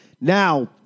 Now